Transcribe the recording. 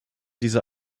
diese